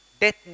Death